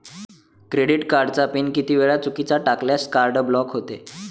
Credit कार्डचा PIN किती वेळा चुकीचा टाकल्यास कार्ड ब्लॉक होते?